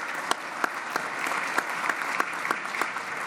(מחיאות כפיים)